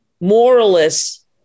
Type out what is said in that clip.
Moralist